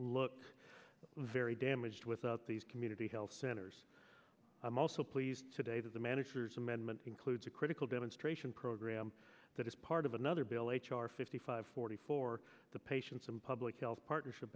look very damaged without these community health centers i'm also pleased today that the manager's amendment includes a critical demonstration program that is part of another bill h r fifty five forty four the patients and public health partnership